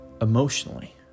emotionally